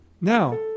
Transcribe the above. now